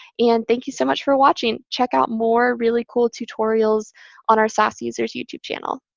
and thank you so much for watching. check out more really cool tutorials on our sas users youtube channel.